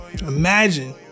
Imagine